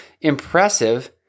impressive